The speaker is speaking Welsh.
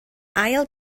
ail